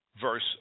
verse